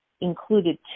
included